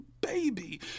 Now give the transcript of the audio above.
baby